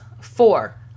Four